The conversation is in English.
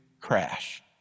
crash